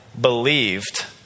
believed